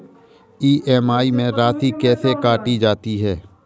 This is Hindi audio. ई.एम.आई में राशि कैसे काटी जाती है?